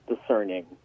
discerning